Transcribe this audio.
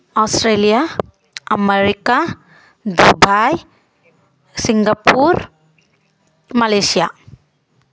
Australia America Dubai Singapore Malaysia